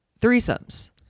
threesomes